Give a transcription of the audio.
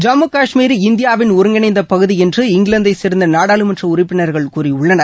ஜம்மு காஷ்மீர் இந்தியாவின் ஒருங்கிணைந்த பகுதி என்று இங்கிலாந்தைச் சேர்ந்த நாடாளுமன்ற உறுப்பினர்கள் கூறியுள்ளனர்